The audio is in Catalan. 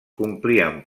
complien